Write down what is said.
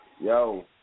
Yo